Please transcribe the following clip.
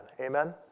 Amen